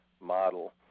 model